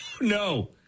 No